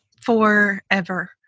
forever